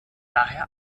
daher